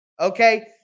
okay